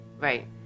Right